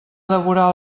devorar